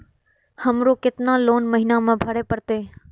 हमरो केतना लोन महीना में भरे परतें?